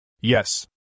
Yes